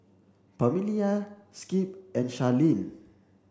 Pamelia Skip and Charleen